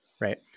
right